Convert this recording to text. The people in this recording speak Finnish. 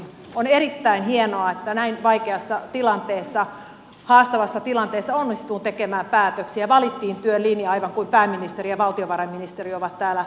on erittäin hienoa että näin vaikeassa ja haastavassa tilanteessa onnistuu tekemään päätöksiä ja valittiin työn linja aivan kuten pääministeri ja valtiovarainministeri ovat täällä sanoneet